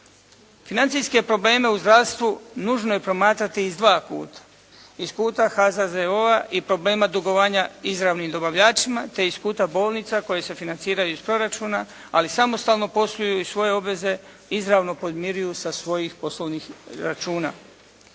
Financijske probleme u zdravstvu nužno je promatrati iz dva kuta. Iz kuta HZZO-a i problema dugovanja izravnim dobavljačima te iz kuta bolnica koje se financiraju iz proračuna, ali samostalno posluju i svoje obveze izravno podmiruju sa svojih poslovnih računa.